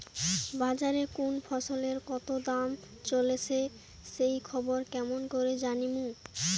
বাজারে কুন ফসলের কতো দাম চলেসে সেই খবর কেমন করি জানীমু?